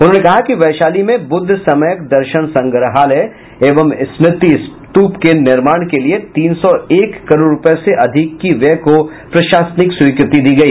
उन्होंने कहा कि वैशाली में बुद्ध सम्यक् दर्शन संग्रहालय एवं स्मृति स्तूप के निर्माण के लिए तीन सौ एक करोड़ रूपये से अधिक की व्यय को प्रशासनिक स्वीकृति दी गई